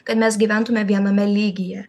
kad mes gyventume viename lygyje